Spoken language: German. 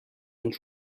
und